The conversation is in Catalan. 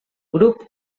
grup